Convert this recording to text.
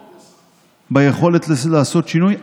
ביכולת לעשות שינוי,